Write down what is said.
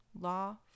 law